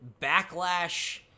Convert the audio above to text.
backlash